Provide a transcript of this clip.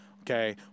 Okay